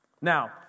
Now